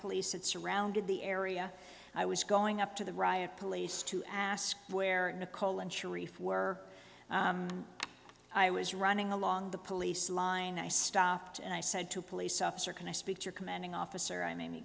police that surrounded the area i was going up to the riot police to ask where nicole and sharif were i was running along the police line i stopped and i said to a police officer can i speak to your commanding officer i'm amy